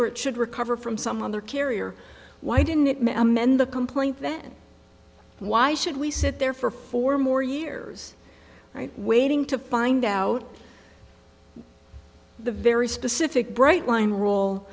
it should recover from some other carrier why didn't it amend the complaint then why should we sit there for four more years waiting to find out the very specific bright line r